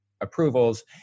approvals